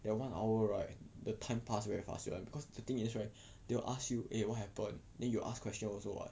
that one hour right the time pass very fast you know why because the thing is right they will ask you eh what happen then you ask question also [what]